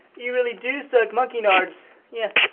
you really do suck monkey nards. yeah